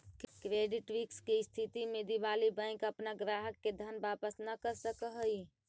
credit risk के स्थिति में दिवालि बैंक अपना ग्राहक के धन वापस न कर सकऽ हई